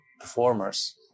performers